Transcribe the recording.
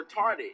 retarded